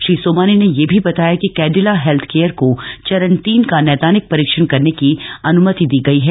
श्री सोमानी ने यह भी बताया कि कैडिला हैल्थ केयर को चरण तीन का नैदानिक परीक्षण करने की अनुमति दी गई है